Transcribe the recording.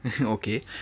okay